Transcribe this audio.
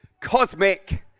cosmic